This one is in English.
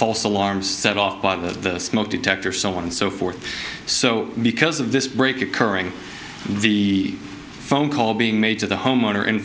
false alarms set off by the smoke detector so on and so forth so because of this break occurring and the phone call being made to the homeowner in